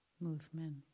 movement